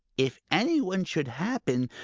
if any one should happen,